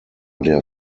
der